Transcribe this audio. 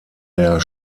der